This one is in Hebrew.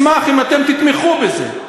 נשמח אם אתם תתמכו בזה,